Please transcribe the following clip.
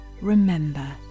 remember